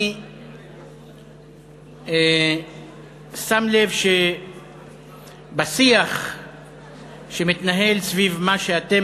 אני שם לב שבשיח שמתנהל סביב מה שאתם